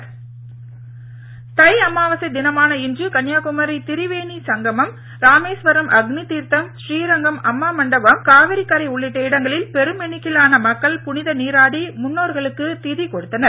தை அமாவாசை தை அமாவாசை தினமான இன்று கன்னியாகுமரி திரிவேணி சங்கமம் ராமேஸ்வரம் அக்னி தீர்த்தம் ஸ்ரீரங்கம் அம்மா மண்டபம் காவிரிக் கரை உள்ளிட்ட இடங்களில் பெரும் எண்ணிக்கையிலான மக்கள் புனித நீராடி முன்னோர்களுக்கு திதி கொடுத்தனர்